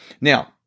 Now